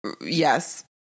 Yes